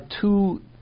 two